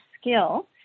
skill